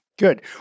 Good